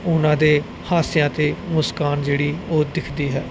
ਉਹਨਾਂ ਦੇ ਹਾਸਿਆਂ ਅਤੇ ਮੁਸਕਾਨ ਜਿਹੜੀ ਉਹ ਦਿਖਦੀ ਹੈ